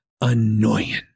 Annoying